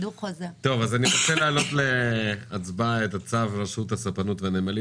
אני רוצה להעלות להצבעה את צו רשות הספנות והנמלים